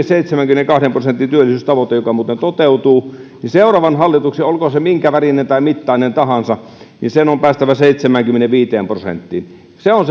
seitsemänkymmenenkahden prosentin työllisyystavoite joka muuten toteutuu ja seuraavan hallituksen olkoon se minkävärinen tai mittainen tahansa on päästävä seitsemäänkymmeneenviiteen prosenttiin se on